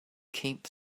keep